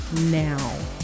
now